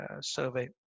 survey